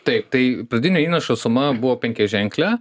taip tai pradinio įnašo suma buvo penkiaženklė